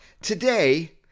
today